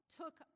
took